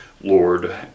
lord